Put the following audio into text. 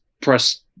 press